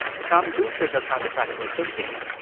some do trigger counterfactual thinking.